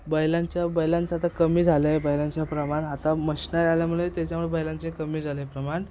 बैलांच्या बैलांचं आता कमी झालं आहे बैलांचं प्रमाण आता मशनरी आल्यामुळे त्याच्यामुळे बैलांचे कमी झालं आहे प्रमाण